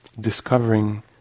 discovering